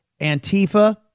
Antifa